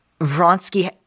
Vronsky